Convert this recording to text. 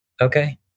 Okay